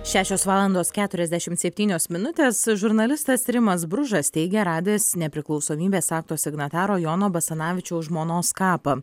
šešios valandos keturiasdešimt septynios minutės žurnalistas rimas bružas teigia radęs nepriklausomybės akto signataro jono basanavičiaus žmonos kapą